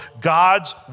God's